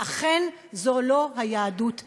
ואכן, זו לא היהדות שלנו.